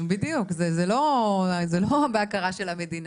בדיוק, זה לא בהכרה של המדינה.